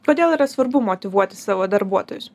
kodėl yra svarbu motyvuoti savo darbuotojus